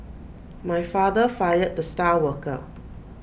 my father fired the star worker